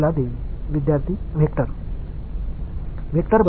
மாணவர் வெக்டர்